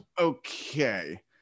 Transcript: Okay